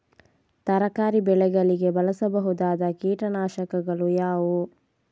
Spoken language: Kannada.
ತರಕಾರಿ ಬೆಳೆಗಳಿಗೆ ಬಳಸಬಹುದಾದ ಕೀಟನಾಶಕಗಳು ಯಾವುವು?